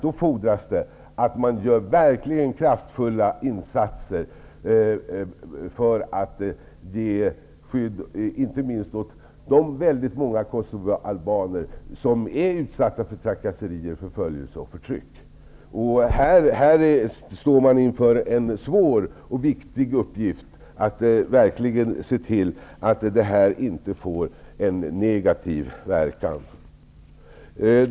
Då fordras dock att man gör kraftfulla insatser för att ge skydd åt inte minst de många kosovoalbaner som verkligen är utsatta för trakasserier, förföljelse och förtryck. Det är en svår och viktig uppgift att se till att det inte uppstår negativa verkningar.